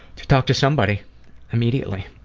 to talk to somebody immediately.